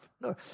No